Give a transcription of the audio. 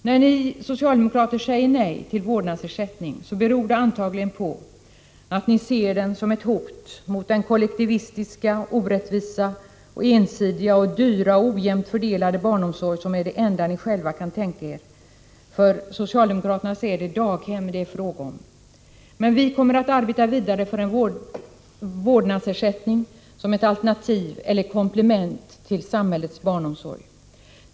När ni socialdemokrater säger nej till vårdnadsersättning, beror det antagligen på att ni ser den som ett hot mot den kollektivistiska, orättvisa, ensidiga, dyra och ojämnt fördelade barnomsorg som är det enda ni själva kan tänka er. För socialdemokraterna är det daghem som det är fråga om. Men vi kommer att arbeta vidare för en vårdnadsersättning som ett alternativ eller komplement till samhällets barnomsorg.